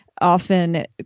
often